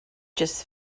just